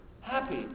happy